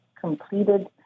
completed